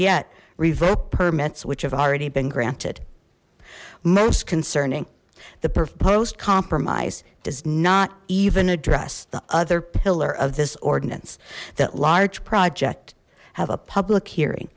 yet revoke permits which have already been granted most concerning the proposed compromise does not even address the other pillar of this ordinance that large project have a public hearing